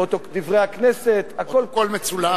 "דברי הכנסת" פרוטוקול מצולם.